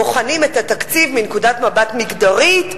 בוחנים את התקציב מנקודת מבט מגדרית,